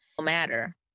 matter